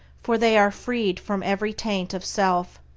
for they are freed from every taint of self.